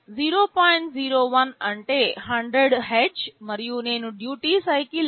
01 అంటే 100 Hz మరియు నేను డ్యూటీ సైకిల్ 0